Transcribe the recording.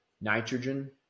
Nitrogen